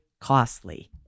costly